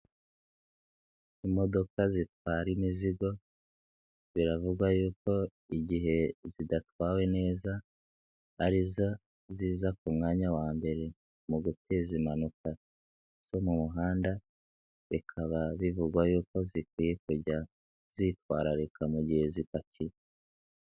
Imodoka zitwara imizigo, biravugwa yuko igihe zidatwawe neza, ari zo ziza ku mwanya wa mbere mu guteza impanuka zo mu muhanda, bikaba bivugwa yuko zikwiye kujya zitwararika mu gihe zipakiye.